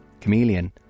chameleon